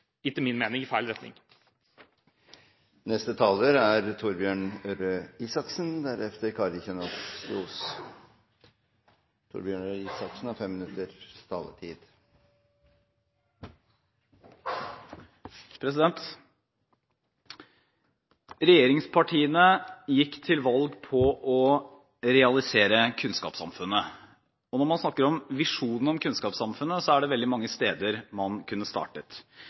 etter min mening i feil retning. Regjeringspartiene gikk til valg på å realisere kunnskapssamfunnet, og når man snakker om visjonen om kunnskapssamfunnet, er det veldig mange steder man kunne startet.